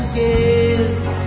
gives